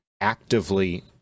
actively